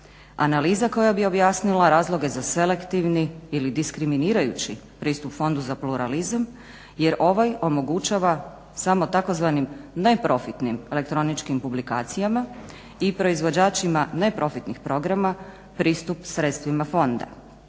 Analiza koja bi objasnila razloge za selektivni ili diskriminirajući pristup Fondu za pluralizam jer ovaj omogućava samo tzv. neprofitnim elektroničkim publikacijama i proizvođačima neprofitnih programa pristup sredstvima fonda,